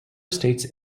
states